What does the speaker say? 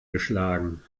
geschlagen